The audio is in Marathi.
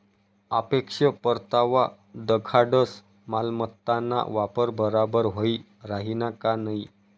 सापेक्ष परतावा दखाडस मालमत्ताना वापर बराबर व्हयी राहिना का नयी